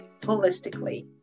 holistically